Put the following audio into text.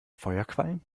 feuerquallen